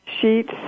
Sheets